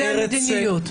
זאת המדיניות.